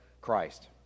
Christ